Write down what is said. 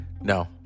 No